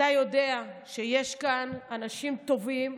אתה יודע שיש כאן אנשים טובים,